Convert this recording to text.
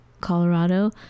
Colorado